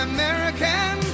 American